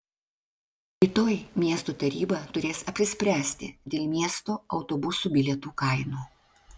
rytoj miesto taryba turės apsispręsti dėl miesto autobusų bilietų kainų